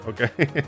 Okay